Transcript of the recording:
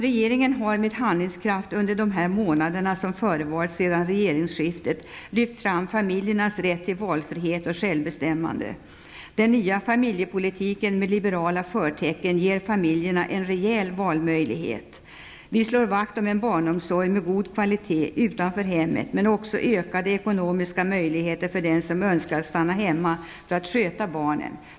Regeringen har med handlingskraft under de månader som förevarit sedan regeringsskiftet lyft fram familjernas rätt till valfrihet och självbestämmande. Den nya familjepolitiken med liberala förtecken ger familjerna en rejäl valmöjlighet. Vi slår vakt om en barnomsorg med god kvalitet utanför hemmet, men också ökade ekonomiska möjligheter för den som önskar stanna hemma för att sköta barnen.